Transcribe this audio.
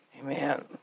Amen